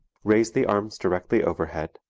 raise the arms directly overhead,